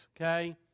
okay